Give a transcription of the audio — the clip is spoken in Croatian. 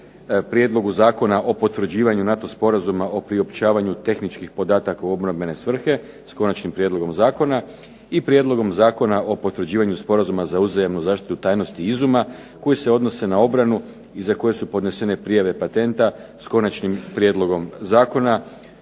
Prijedlogu zakona o potvrđivanju NATO sporazuma o priopćavanju tehničkih podataka u obrambene svrhe, s konačnim prijedlogom zakona i Prijedlogu zakona o potvrđivanju Sporazuma za uzajamnu zaštitu tajnosti izuma koji se odnose na obranu i za koje su podnesene prijave patenata, s konačnim prijedlogom zakona.